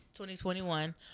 2021